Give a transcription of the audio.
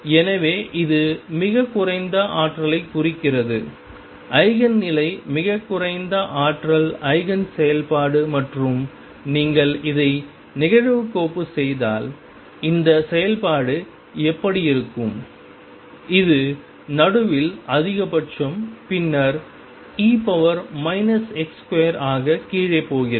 எனவே இது மிகக் குறைந்த ஆற்றலைக் குறிக்கிறது ஈஜென் நிலை மிகக் குறைந்த ஆற்றல் ஈஜென் செயல்பாடு மற்றும் நீங்கள் இதைச் நிகழ்வுக்கோப்பு செய்தால் இந்த செயல்பாடு எப்படி இருக்கும் இது நடுவில் அதிகபட்சம் பின்னர் e x2 ஆகக் கீழே போகிறது